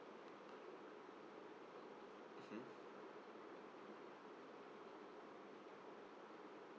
mmhmm